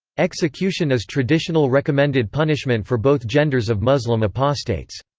execution is traditional recommended punishment for both genders of muslim apostates.